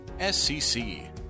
SCC